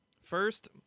First